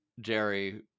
Jerry